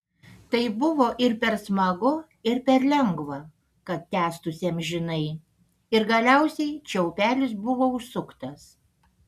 tai buvo ir per smagu ir per lengva kad tęstųsi amžinai ir galiausiai čiaupelis buvo užsuktas